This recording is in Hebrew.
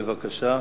בבקשה,